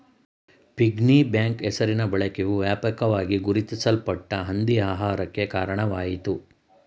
piggy bank ಹೆಸರಿನ ಬಳಕೆಯು ವ್ಯಾಪಕವಾಗಿ ಗುರುತಿಸಲ್ಪಟ್ಟ ಹಂದಿ ಆಕಾರಕ್ಕೆ ಕಾರಣವಾಯಿತು